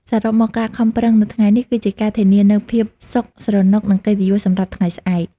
សរុបមក ការខំប្រឹងនៅថ្ងៃនេះ គឺជាការធានានូវភាពសុខស្រណុក និងកិត្តិយសសម្រាប់ថ្ងៃស្អែក។